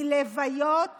מלוויות